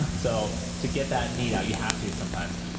so to get that need out, you have to sometimes.